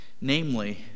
Namely